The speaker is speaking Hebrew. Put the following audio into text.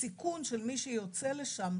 הסיכון של מי שיוצא לשם,